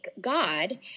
God